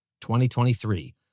2023